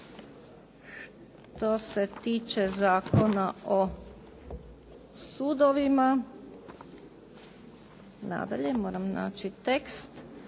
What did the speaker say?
Što se tiče Zakona o sudovima, nadalje, moram naći tekst,